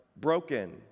broken